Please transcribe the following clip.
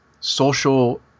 social